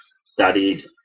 studied